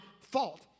fault